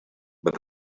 but